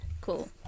Cool